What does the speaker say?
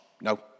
no